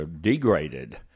degraded